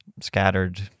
scattered